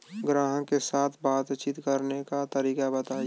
ग्राहक के साथ बातचीत करने का तरीका बताई?